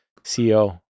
ceo